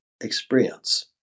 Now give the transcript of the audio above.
experience